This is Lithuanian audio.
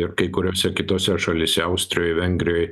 ir kai kuriose kitose šalyse austrijoj vengrijoj